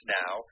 now